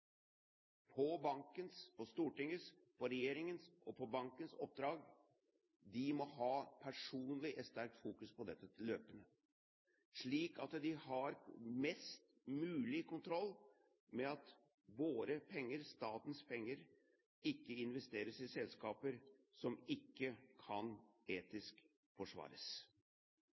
på bankens, på Stortingets og på regjeringens oppdrag, personlig må ha et sterkt fokus på dette løpende, slik at de har mest mulig kontroll med at våre penger, statens penger, ikke investeres i selskaper som ikke kan forsvares etisk.